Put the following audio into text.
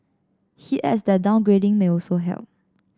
he adds that downgrading may also help